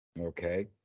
Okay